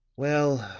well,